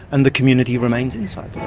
and the community remains inside